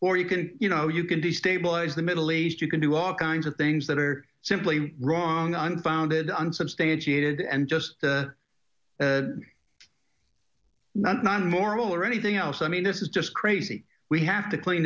or you can you know you can destabilize the middle east you can do all kinds of things that are simply wrong unfounded unsubstantiated and just not non moral or anything else i mean this is just crazy we have to clean